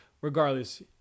regardless